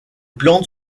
plantes